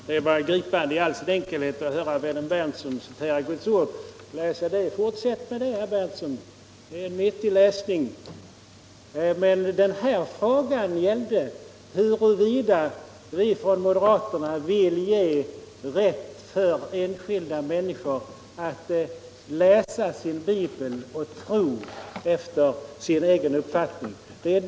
Herr talman! Det var gripande i all sin enkelhet att höra vännen herr Berndtson citera Guds ord. Fortsätt med det, herr Berndtson! Det är nyttig läsning. Men denna fråga gällde huruvida vi från moderaterna vill ge rätt för enskilda människor att läsa sin bibel och tro efter sin egen uppfattning.